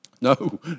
No